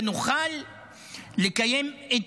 ונוכל לקיים את